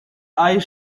eyes